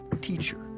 teacher